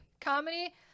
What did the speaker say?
comedy